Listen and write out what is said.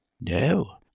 No